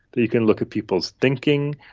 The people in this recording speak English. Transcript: you can look at people's thinking,